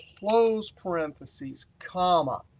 close parentheses, comma,